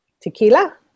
Tequila